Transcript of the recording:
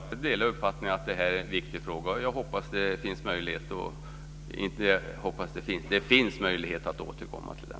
Fru talman! Jag delar uppfattningen att det här är en viktig fråga. Det finns möjlighet att återkomma till den.